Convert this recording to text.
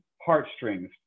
heartstrings